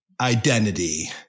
Identity